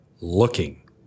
looking